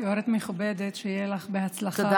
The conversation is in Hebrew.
גברת מכובדת, שיהיה לך בהצלחה בתפקיד.